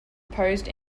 posed